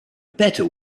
better